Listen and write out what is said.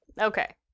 Okay